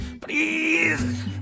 please